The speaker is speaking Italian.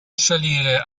salire